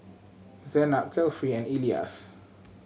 Zaynab Kefli and Elyas